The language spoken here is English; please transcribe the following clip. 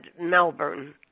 Melbourne